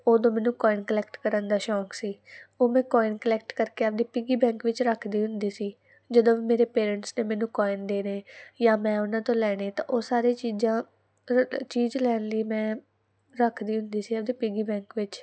ਉਦੋਂ ਮੈਨੂੰ coin collect ਕਰਨ ਦਾ ਸ਼ੌਂਕ ਸੀ ਉਹ ਮੈਂ ਕੋਇਨ ਕਲੈਕਟ ਕਰਕੇ ਆਪਦੀ ਪੀਗੀ ਬੈਂਕ ਵਿੱਚ ਰੱਖਦੀ ਹੁੰਦੀ ਸੀ ਜਦੋਂ ਮੇਰੇ ਪੇਰੈਂਟਸ ਨੇ ਮੈਨੂੰ ਕੋਇਨ ਦੇਣੇ ਜਾਂ ਮੈਂ ਉਹਨਾਂ ਤੋਂ ਲੈਣੇ ਤਾਂ ਉਹ ਸਾਰੇ ਚੀਜ਼ਾਂ ਚੀਜ਼ ਲੈਣ ਲਈ ਮੈਂ ਰੱਖਦੀ ਹੁੰਦੀ ਸੀ ਤੇ ਪਿਗੀ ਬੈਂਕ ਵਿੱਚ